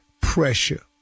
pressure